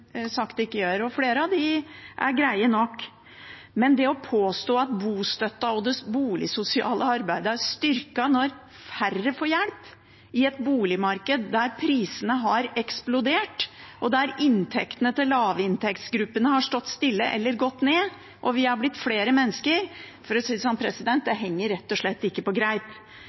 ikke SV sagt ikke er gjort, og flere av dem er greie nok. Men det å påstå at bostøtten og det boligsosiale arbeidet er styrket når færre får hjelp i et boligmarked der prisene har eksplodert, og der inntektene til lavinntektsgruppene har stått stille eller gått ned og vi er blitt flere mennesker – for å si det sånn, det henger rett og slett ikke på greip.